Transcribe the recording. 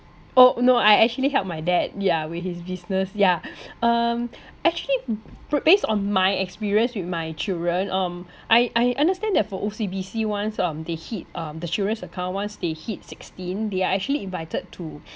oh no I actually helped my dad yeah with his business yeah um actually based on my experience with my children um I I understand that for O_C_B_C once um they hit um the children's account once they hit sixteen they are actually invited to